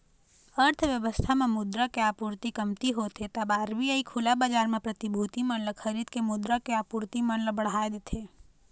अर्थबेवस्था म मुद्रा के आपूरति कमती होथे तब आर.बी.आई खुला बजार म प्रतिभूति मन ल खरीद के मुद्रा के आपूरति मन ल बढ़ाय देथे